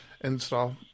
install